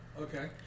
okay